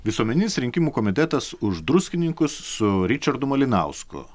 visuomeninis rinkimų komitetas už druskininkus su ričardu malinausku